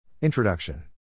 Introduction